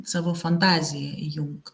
savo fantaziją įjungt